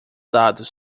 dados